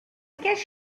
guess